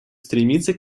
стремиться